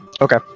Okay